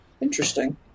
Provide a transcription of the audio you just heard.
Interesting